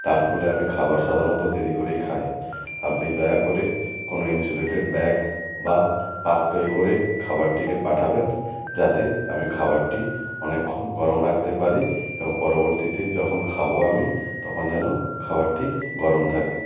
তার ফলে আমি খাবার সাধারণত দেরি করেই খাই আপনি দয়া করে কোনো ইনসুলেটেড ব্যাগ বা পাত্রে করে খাবারটিকে পাঠাবেন যাতে আমি খাবারটি অনেকক্ষণ গরম রাখতে পারি এবং পরবর্তীতে যখন খাবো আমি তখন যেন খাবারটি গরম থাকে